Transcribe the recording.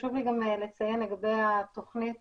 חשוב לי גם לציין לגבי התוכנית